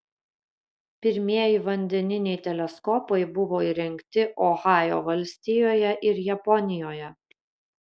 pirmieji vandeniniai teleskopai buvo įrengti ohajo valstijoje ir japonijoje